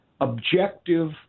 objective